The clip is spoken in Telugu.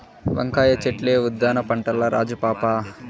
వంకాయ చెట్లే ఉద్దాన పంటల్ల రాజు పాపా